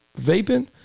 vaping